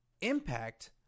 Impact